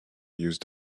used